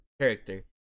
character